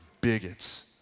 bigots